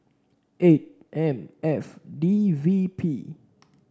eight M F D V P